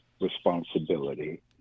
responsibility